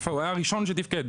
הוא היה הראשון שתיפקד.